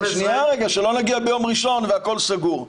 --- שלא נגיע ביום ראשון והכול סגור,